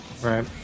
Right